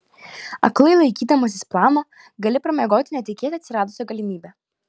aklai laikydamasis plano gali pramiegoti netikėtai atsiradusią galimybę